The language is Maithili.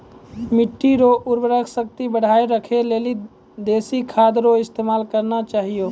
मिट्टी रो उर्वरा शक्ति बढ़ाएं राखै लेली देशी खाद रो इस्तेमाल करना चाहियो